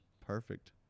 Perfect